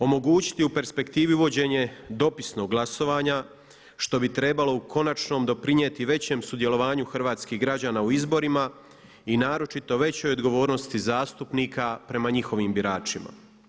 Omogućiti u perspektivi uvođenje dopisnog glasovanja što bi trebalo u konačnom doprinijeti većem sudjelovanju hrvatskih građana u izborima i naročito većoj odgovornosti zastupnika prema njihovim biračima.